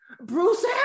Bruce